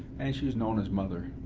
and she was known as mother.